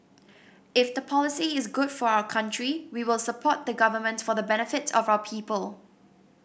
if the policy is good for our country we will support the Government for the benefit of our people